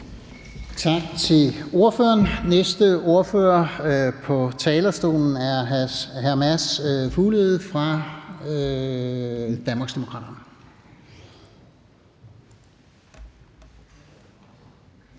Tak til ordføreren. Næste ordfører på talerstolen er hr. Mads Fuglede fra Danmarksdemokraterne.